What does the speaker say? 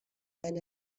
and